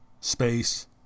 space